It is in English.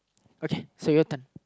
okay so your turn